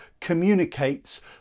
communicates